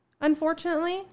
Unfortunately